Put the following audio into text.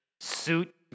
Suit